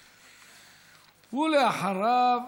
ואחריו,